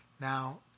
Now